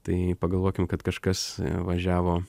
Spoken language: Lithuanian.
tai pagalvokim kad kažkas važiavo